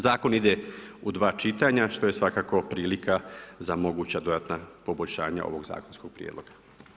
Zakon ide u dva čitanja, što je svakako prilika za moguća dodatna poboljšanja ovog zakonskog prijedloga.